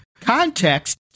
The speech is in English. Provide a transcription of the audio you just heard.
context